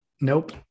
Nope